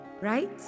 right